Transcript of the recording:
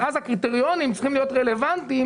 אבל אז הקריטריונים צריכים להיות רלוונטיים.